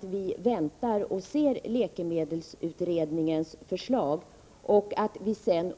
Vi väntar i stället på läkemedelsutredningens förslag och